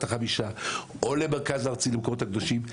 החמישה או למרכז הארצי למקומות הקדושים.